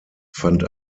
fand